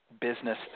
business